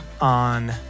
on